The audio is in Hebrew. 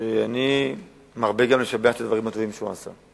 ואני מרבה לשבח את הדברים הטובים שהוא עשה.